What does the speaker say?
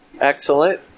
Excellent